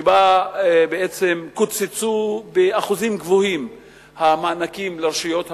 שאז בעצם קוצצו באחוזים גבוהים המענקים לרשויות המקומיות,